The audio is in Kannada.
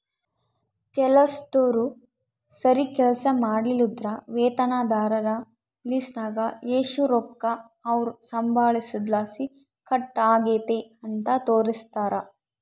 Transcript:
ಕೆಲಸ್ದೋರು ಸರೀಗ್ ಕೆಲ್ಸ ಮಾಡ್ಲಿಲ್ಲುದ್ರ ವೇತನದಾರರ ಲಿಸ್ಟ್ನಾಗ ಎಷು ರೊಕ್ಕ ಅವ್ರ್ ಸಂಬಳುದ್ಲಾಸಿ ಕಟ್ ಆಗೆತೆ ಅಂತ ತೋರಿಸ್ತಾರ